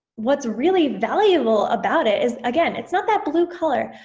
what's really valuable about it is again, it's not that blue color,